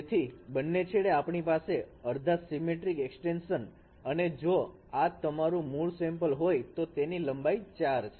તેથી બંને છેડે આપણી પાસે અડધા સીમેટ્રિક એક્સટેન્શન અને જો આ તમારું મૂળ સેમ્પલ હોય તો તેની લંબાઈ 4 છે